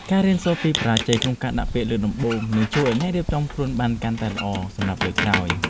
ការរៀនសូត្រពីបរាជ័យក្នុងការដាក់ពាក្យលើកដំបូងនឹងជួយឱ្យអ្នករៀបចំខ្លួនបានកាន់តែល្អសម្រាប់លើកក្រោយ។